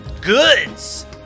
goods